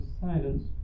silence